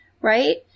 Right